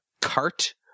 cart